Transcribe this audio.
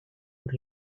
our